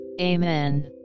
Amen